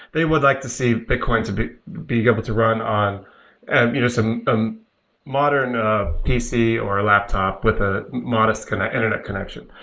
they would like to see bitcoin to be be able to run on and you know some um modern ah pc or a laptop with a modest kind of internet connection.